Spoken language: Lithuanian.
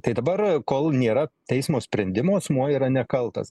tai dabar kol nėra teismo sprendimo asmuo yra nekaltas